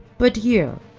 but you,